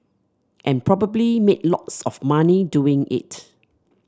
and probably made lots of money doing it